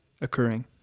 occurring